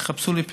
שיחפשו לי פתרון,